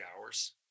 hours